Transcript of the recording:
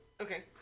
okay